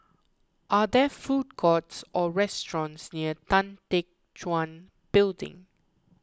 are there food courts or restaurants near Tan Teck Guan Building